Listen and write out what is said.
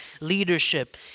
leadership